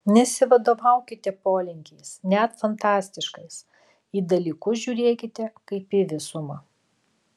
nesivadovaukite polinkiais net fantastiškais j dalykus žiūrėkite kaip į visumą